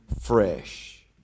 fresh